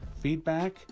feedback